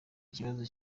ikibazo